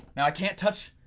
now i can't touch,